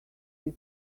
his